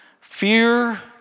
Fear